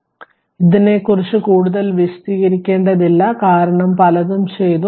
അതിനാൽ ഇതിനെക്കുറിച്ച് കൂടുതൽ വിശദീകരിക്കേണ്ടതില്ല കാരണം പലതും ചെയ്തു